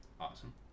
awesome